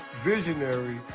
visionary